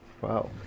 Wow